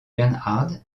bernhard